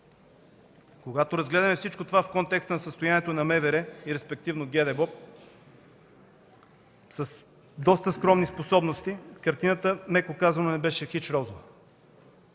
Когато разгледахме всичко това в контекста на състоянието на МВР, респективно – ГДБОП, с доста скромни способности картината, меко казано, не беше хич розова.